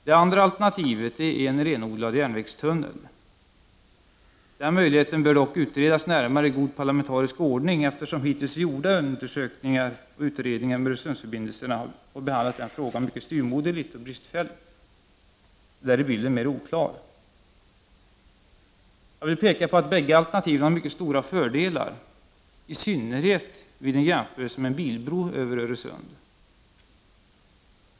Det andra alternativet är en renodlad järnvägstunnel. Den möjligheten bör dock utredas närmare i god parlamentarisk ordning, eftersom hittills gjorda undersökningar och utredningar om Öresundsförbindelserna har behandlat den frågan mycket styvmoderligt och bristfälligt. Där är bilden mer oklar. Jag vill peka på att bägge alternativen har mycket stora fördelar, i synnerhet vid en jämförelse med en bilbro över Öresund.